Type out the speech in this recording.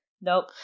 Nope